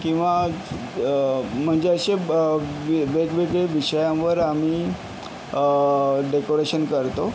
किंवा म्हणजे असे ब वेगवेगळ्या विषयांवर आम्ही डेकोरेशन करतो